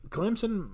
Clemson